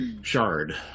Shard